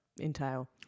entail